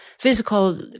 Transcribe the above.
physical